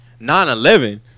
9-11